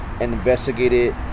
investigated